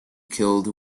killed